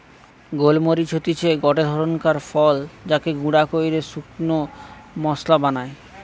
গোল মরিচ হতিছে গটে ধরণকার ফল যাকে গুঁড়া কইরে শুকনা মশলা বানায়